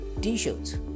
t-shirts